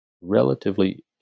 relatively